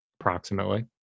approximately